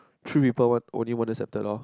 three people want only one accepted loh